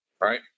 right